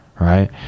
right